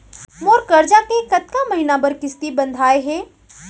मोर करजा के कतका महीना बर किस्ती बंधाये हे?